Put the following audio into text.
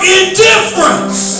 indifference